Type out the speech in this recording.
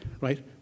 right